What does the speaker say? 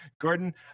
Gordon